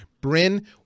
Bryn